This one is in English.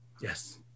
Yes